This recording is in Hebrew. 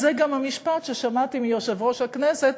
אז זה גם המשפט ששמעתי מיושב-ראש הכנסת,